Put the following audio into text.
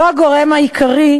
"לא, הגורם העיקרי,